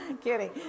kidding